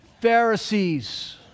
Pharisees